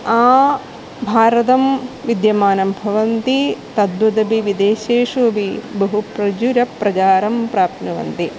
भारतं विद्यमानं भवन्ति तद्वदपि विदेशेषु अपि बहु प्रचुरप्रचारं प्राप्नुवन्ति